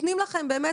נותנים לכם באמת,